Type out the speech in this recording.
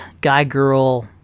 guy-girl